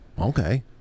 okay